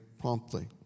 promptly